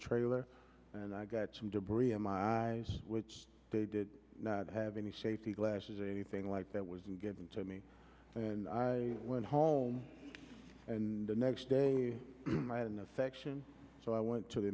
trailer and i got some debris in my eyes which they did not have any safety glasses anything like that was given to me and i went home and the next day i had an affection so i went to the